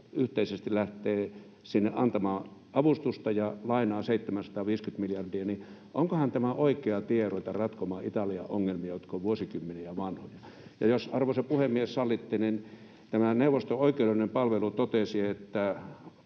yhteisesti lähtee sinne antamaan avustusta ja lainaa 750 miljardia — niin onkohan tämä oikea tie ruveta ratkomaan Italian ongelmia, jotka ovat vuosikymmeniä vanhoja. Ja jos, arvoisa puhemies, sallitte, niin tämä neuvoston oikeudellinen palvelu totesi: